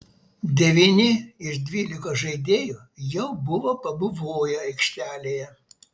devyni iš dvylikos žaidėjų jau buvo pabuvoję aikštelėje